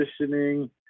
positioning